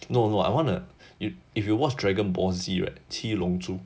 no no I want to i~ if you watch dragon ball Z right 七龙珠